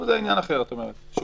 אבל זה עניין אחר את אומרת.